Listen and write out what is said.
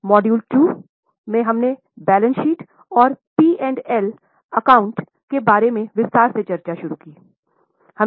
module 2 में हमने balance sheet और पी और एल के बारे में विस्तार से चर्चा शुरू की थी